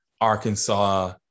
Arkansas